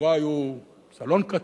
שבו היו סלון קטן,